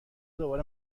دوباره